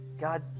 God